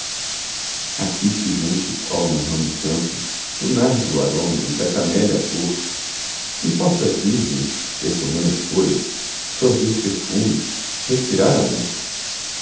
aqui se junte qual num ramo santo do nardo o aroma e da camélia a cor e possa a virgem percorrendo as folhas sorver perfumes respirar amor